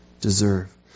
deserve